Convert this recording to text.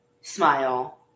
smile